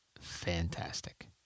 fantastic